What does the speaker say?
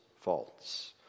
faults